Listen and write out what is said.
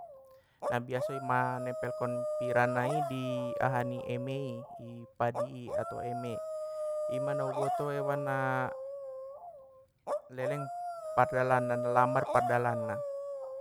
Nabiasoi ma nempel kon pira nai i aha ni eme i padi i ato eme, ima na uboto hewan na leleng pardalan na na lambat pardalanna.